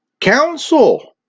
council